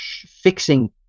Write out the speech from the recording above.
fixing